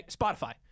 Spotify